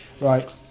Right